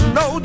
no